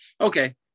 okay